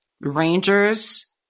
rangers